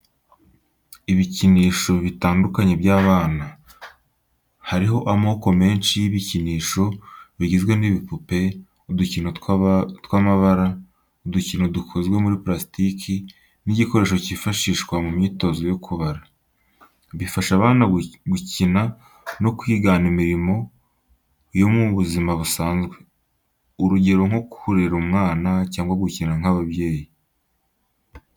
Ibikinisho bitandukanye by’abana. Hariho amoko menshi y’ibikinisho bigizwe n’ibipupe, udukino tw’amabara, udukino dukozwe muri parastiki n’igikoresho cyifashishwa mu myitozo yo kubara. Bifasha abana gukina no kwigana imirimo yo mu buzima busanzwe, urugero nko kurera umwana, cyangwa gukina nk’ababyeyi.